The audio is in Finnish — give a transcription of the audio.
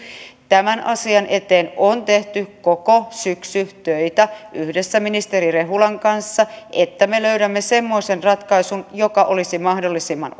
tämän asian eteen on tehty koko syksy töitä yhdessä ministeri rehulan kanssa että me löydämme semmoisen ratkaisun joka olisi mahdollisimman